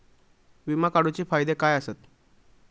विमा काढूचे फायदे काय आसत?